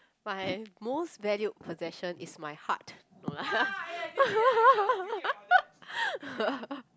my most valued possession is my heart no lah